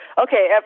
okay